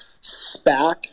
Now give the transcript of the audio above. SPAC